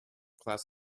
class